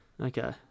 Okay